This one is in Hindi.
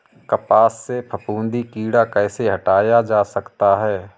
कपास से फफूंदी कीड़ा कैसे हटाया जा सकता है?